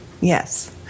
yes